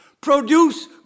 Produce